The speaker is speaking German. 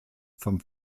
vom